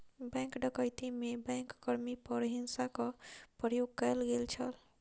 bank डकैती में bank कर्मी पर हिंसाक प्रयोग कयल गेल छल